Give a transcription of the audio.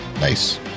Nice